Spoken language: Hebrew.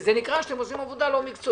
זה נקרא שאתם עושים עבודה לא מקצועית,